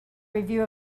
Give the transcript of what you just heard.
review